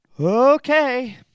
Okay